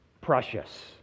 precious